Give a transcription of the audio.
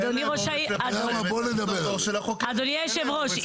אדוני היושב ראש,